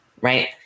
right